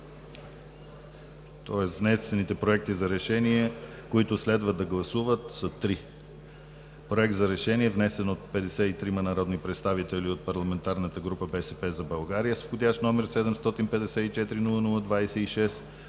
вид. Внесените проекти за решение, които следва да се гласуват, са три: Проект за решение, внесен от 53-ма народни представители от парламентарната група на „БСП за България“ с вх. № 754-00-26